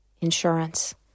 insurance